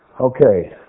Okay